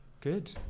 good